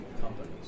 companies